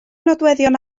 nodweddion